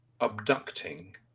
abducting